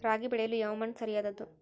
ರಾಗಿ ಬೆಳೆಯಲು ಯಾವ ಮಣ್ಣು ಸರಿಯಾದದ್ದು?